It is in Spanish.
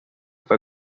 fue